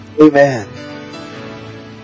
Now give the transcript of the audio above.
Amen